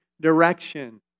direction